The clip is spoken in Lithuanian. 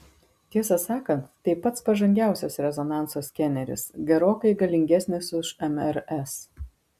tiesą sakant tai pats pažangiausias rezonanso skeneris gerokai galingesnis už mrs